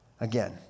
again